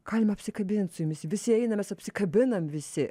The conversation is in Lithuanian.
galima apsikabint su jumis visi eina mes apsikabinam visi